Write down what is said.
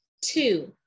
Two